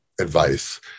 advice